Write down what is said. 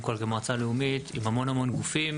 כל במועצה הלאומית עם המון המון גופים,